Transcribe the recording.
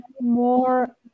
more